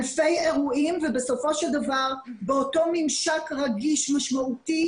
אלפי אירועים ובסופו של דבר באותו ממשק רגיש משמעותי